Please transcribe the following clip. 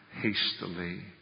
hastily